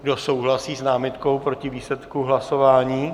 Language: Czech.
Kdo souhlasí s námitkou proti výsledku hlasování?